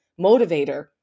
motivator